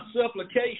supplication